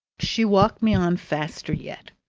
she walked me on faster yet.